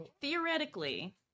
Theoretically